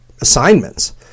assignments